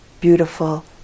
beautiful